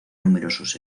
numerosos